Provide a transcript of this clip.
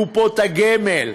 קופות הגמל,